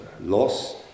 loss